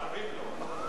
מתערבים לו.